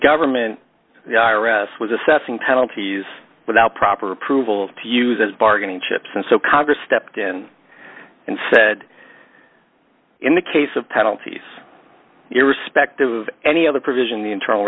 government the i r s was assessing penalties without proper approval of to use as bargaining chips and so congress stepped in and said in the case of penalties irrespective of any other provision the internal